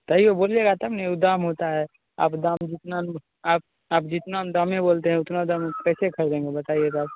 सहीयो बोलिएगा तब नहीं वो दाम होता है आप दाम जितना आप आप जितना दाम बोलते हैं उतना दाम में कैसे खरीदेंगे बताइएगा आप